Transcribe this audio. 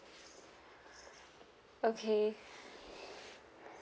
okay